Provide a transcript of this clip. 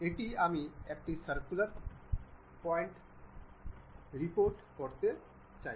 এটি আমি একটি সার্কুলার প্যাটার্নে রিপিট করতে চাই